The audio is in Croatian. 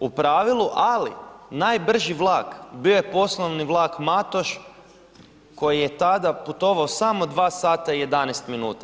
u pravilu, ali najbrži vlak bio je poslovni vlak Matoš koji je tada putovao samo 2 h i 11 min.